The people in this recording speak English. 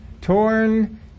Torn